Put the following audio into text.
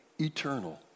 eternal